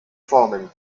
formen